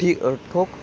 ठीक ठोक